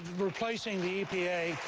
replacing the epa.